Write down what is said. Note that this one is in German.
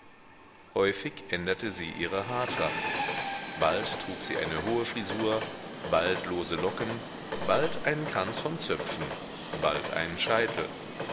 häufig änderte sie ihre haartracht bald trug sie eine hohe frisur bald lose locken bald einen kranz von zöpfen bald einen scheitel